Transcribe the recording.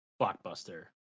blockbuster